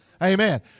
Amen